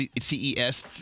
CES